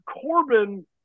Corbin